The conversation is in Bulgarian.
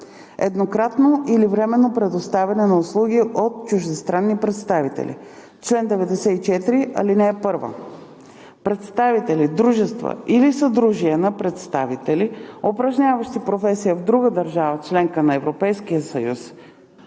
Еднократно или временно предоставяне на услуги от чуждестранни представители Чл. 94. (1) Представители, дружества или съдружия на представители, упражняващи професията в друга държава – членка на Европейския съюз,